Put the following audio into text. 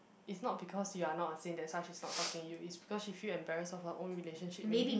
it's not because you are not a Saint that's why she's not talking to you it's because she feel embarrassed of her own relationship maybe